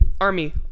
Army